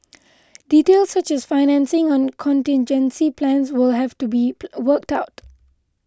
details such as financing and contingency plans will have to be a worked out